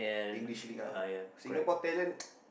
English League ah Singapore talent